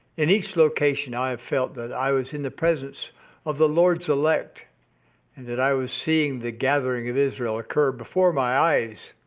in each location, i have felt that i was in the presence of the lord's elect and that i was seeing the gathering of israel occur before my eyes.